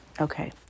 Okay